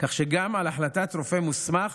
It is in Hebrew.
כך שגם על החלטת רופא מוסמך